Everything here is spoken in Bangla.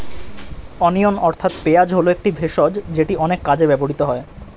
অনিয়ন অর্থাৎ পেঁয়াজ হল একটি ভেষজ যেটি অনেক কাজে ব্যবহৃত হয়